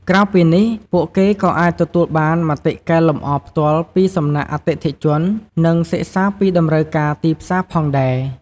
ក្រៅពីនេះ ពួកគេក៏អាចទទួលបានមតិកែលម្អផ្ទាល់ពីសំណាក់អតិថិជន និងសិក្សាពីតម្រូវការទីផ្សារផងដែរ។